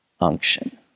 Unction